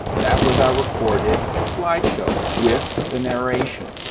that was our recorded slideshow with the narration.